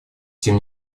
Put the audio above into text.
тем